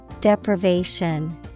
Deprivation